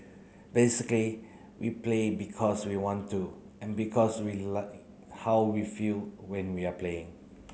basically we play because we want to and because we like how we feel when we are playing